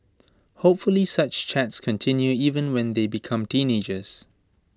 hopefully such chats continue even when they become teenagers